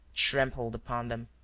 trampled upon them.